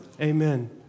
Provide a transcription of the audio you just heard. Amen